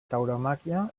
tauromàquia